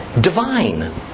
divine